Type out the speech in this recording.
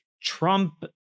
Trump-